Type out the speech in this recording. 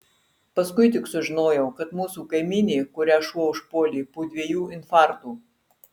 paskui tik sužinojau kad mūsų kaimynė kurią šuo užpuolė po dviejų infarktų